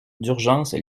d’urgence